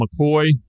McCoy